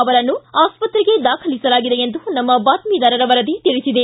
ಅವರನ್ನು ಆಸ್ಪತ್ರೆಗೆ ದಾಖಲಿಸಲಾಗಿದೆ ಎಂದು ನಮ್ಮ ಬಾತ್ತಿದಾರರ ವರದಿ ತಿಳಿಸಿದೆ